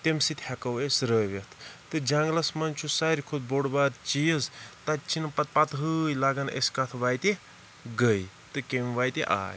تمہِ سۭتۍ ہیٚکَو أسۍ رٲوِتھ تہِ جَنٛگلَس منٛز چھُ ساروٕے کھۄتہٕ بوٚڑ بارٕ چیٖز تَتہِ چھنہٕ پَتہِ پَتہِی لَگان أسۍ کَتھ وَتہِ گٔے تہٕ کمہ وَتہِ آے